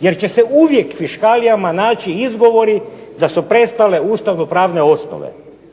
jer će se uvijek fiškalijama naći izgovori da su prestale ustavno-pravne osnove